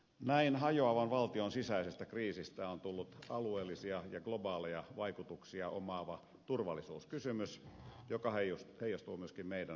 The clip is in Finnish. näin hajoavan valtion sisäisestä kriisistä on tullut alueellisia ja globaaleja vaikutuksia omaava turvallisuuskysymys joka heijastuu myöskin meidän maahamme suomeen